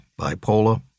bipolar